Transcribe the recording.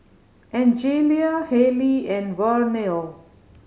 Angelia Haylie and Vernelle